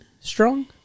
strong